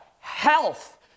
health